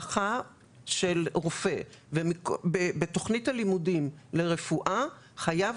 הדרכה של רופא ובתוכנית הלימודים לרפואה חייב